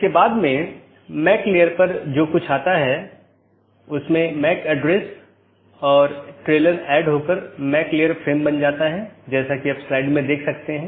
तो एक BGP विन्यास एक ऑटॉनमस सिस्टम का एक सेट बनाता है जो एकल AS का प्रतिनिधित्व करता है